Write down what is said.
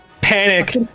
panic